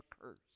occurs